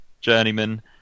journeyman